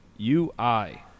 UI